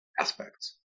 aspects